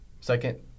second